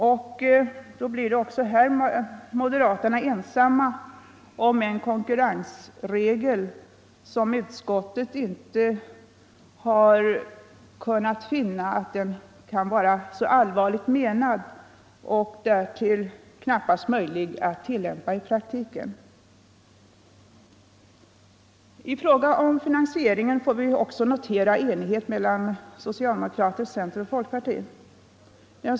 Därmed blir också moderaterna ensamma om en konkurrensregel som utskottet inte har kunnat finna vara så allvarligt menad och därtill knappast möjlig att tillämpa i praktiken. I fråga om finansieringen kan vi också notera enighet mellan socialdemokraterna, centerpartiet och folkpartiet.